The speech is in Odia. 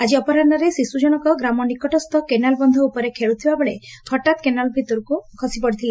ଆକି ଅପରାହୁରେ ଶିଶୁ ଜଣକ ଗ୍ରାମ ନିକଟସ୍ କେନାଲ୍ ବନ୍ଧ ଉପରେ ଖେଳୁଥିବାବେଳେ ହଠାତ୍ କେନାଲ ଭିତରକୁ ଖସି ପଡ଼ିଥିଲା